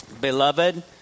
beloved